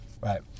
Right